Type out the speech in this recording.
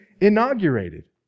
inaugurated